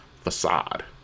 facade